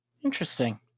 Interesting